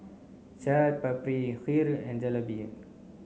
Chaat Papri Heer and Jalebi